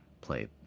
play